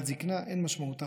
אבל זקנה אין משמעותה,